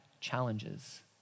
challenges